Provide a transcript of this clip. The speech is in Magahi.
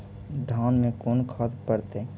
धान मे कोन खाद पड़तै?